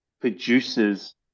produces